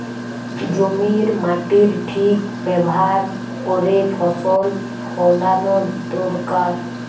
জমির মাটির ঠিক ব্যাভার কোরে ফসল ফোলানো দোরকার